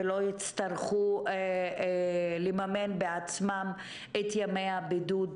ושהם לא יצטרכו לממן בעצמם את ימי הבידוד